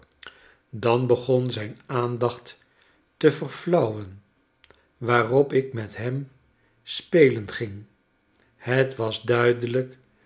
dan begon zijn aandacht te verflauwen waarop ik met hem spelen ging het was duidelijk